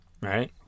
right